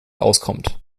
auskommt